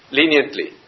leniently